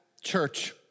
church